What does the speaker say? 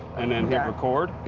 and then hit record.